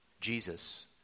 Jesus